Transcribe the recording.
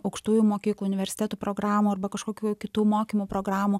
aukštųjų mokyklų universitetų programų arba kažkokių kitų mokymo programų